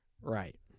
Right